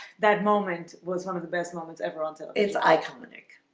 that moment was one of the best moments ever on to its iconic